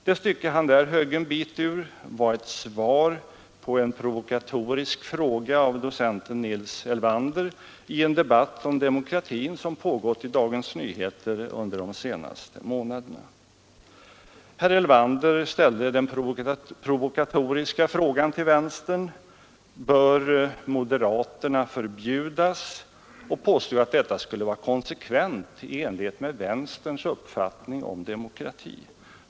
Det stycke som herr Molin där högg en bit ur var ett svar på en fråga av docenten Nils Elvander i en debatt om demokratin som pågått i Dagens Nyheter under de senaste månaderna. Herr Elvander ställde den provokatoriska frågan till vänstern: Bör moderaterna förbjudas? Och han påstod att detta skulle vara konsekvent i enlighet med vänsterns uppfattning om demokrati.